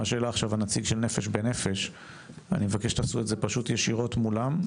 לגבי מה שהעלה עכשיו נציג נפש בנפש - אני מבקש שתעשו את זה ישירות מולם.